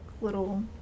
little